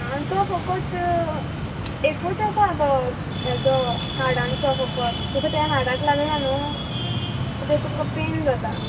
तो फोकोत एकूच येता तो हेजो हाडांचो फोकोत तुका तें हाडा लागल ना न्हू तें तुका फोक्त पेन जाता